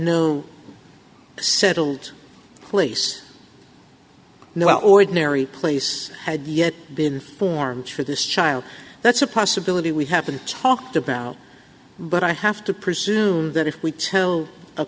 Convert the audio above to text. no settled place no ordinary place had yet been formed to this child that's a possibility we haven't talked about but i have to presume that if we tell a